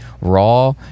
raw